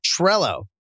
Trello